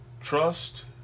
Trust